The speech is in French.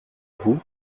vous